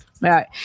right